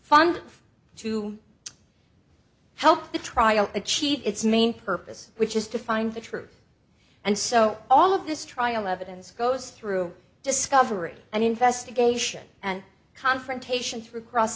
fund to help the trial achieve its main purpose which is to find the truth and so all of this trial evidence goes through discovery and investigation and confrontation through cross